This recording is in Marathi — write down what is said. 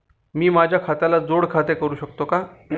मी माझ्या खात्याला जोड खाते करू शकतो का?